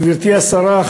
גברתי השרה,